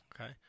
Okay